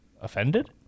offended